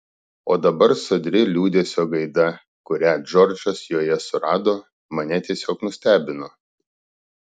o dabar sodri liūdesio gaida kurią džordžas joje surado mane tiesiog nustebino